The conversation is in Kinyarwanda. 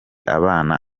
abana